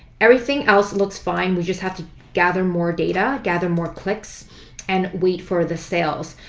everything else looks fine, we just have to gather more data, gather more clicks and wait for the sales.